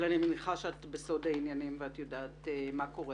אני מניחה שאת בסוד העניינים ואת יודעת מה קורה.